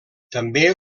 també